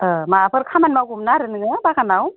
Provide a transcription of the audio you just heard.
औ माबाफोर खामानि मावगौमोन आरो नों बागानाव